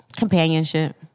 Companionship